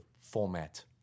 format